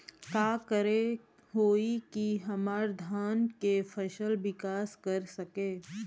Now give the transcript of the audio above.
का करे होई की हमार धान के फसल विकास कर सके?